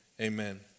Amen